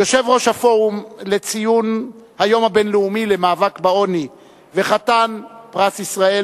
יושב-ראש הפורום לציון היום הבין-לאומי למאבק בעוני וחתן פרס ישראל,